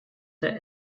der